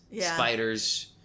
spiders